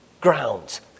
grounds